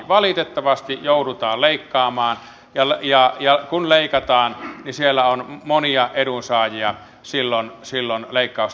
valitettavasti joudutaan leikkaamaan ja kun leikataan niin siellä on monia edunsaajia silloin leikkausten kohteena